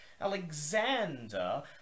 Alexander